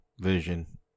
Vision